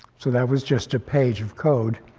so that was just a page of code.